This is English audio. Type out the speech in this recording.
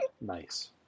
Nice